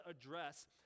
address